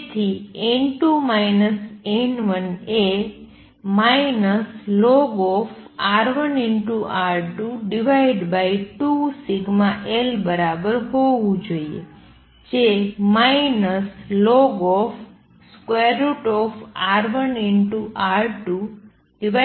તેથી n2 n1 એ lnR1R22σl બરાબર હોવું જોઈએ જે ln√ σl